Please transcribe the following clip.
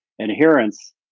adherence